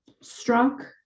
struck